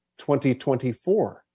2024